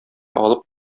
алып